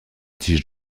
tige